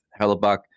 Hellebuck